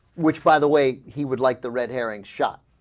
which by the way he would like the red herring shop